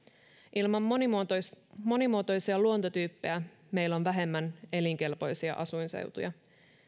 ilman monimuotoisia monimuotoisia luontotyyppejä meillä on vähemmän elinkelpoisia asuinseutuja